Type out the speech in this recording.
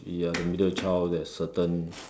you're the middle child there's certain